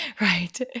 Right